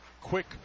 quick